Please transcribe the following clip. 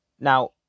Now